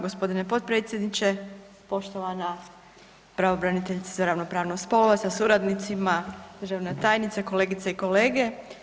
Gospodine potpredsjedniče, poštovana pravobraniteljice za ravnopravnost spolova sa suradnicima, državna tajnice, kolegice i kolege.